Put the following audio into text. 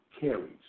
carries